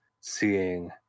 seeing